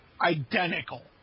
Identical